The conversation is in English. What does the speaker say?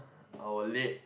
our late